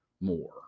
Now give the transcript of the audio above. more